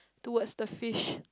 towards the fish